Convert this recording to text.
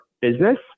business